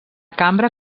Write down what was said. cambra